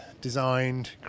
designed